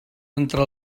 entre